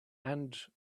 and